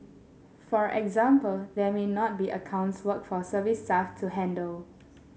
for example there may not be accounts work for service staff to handle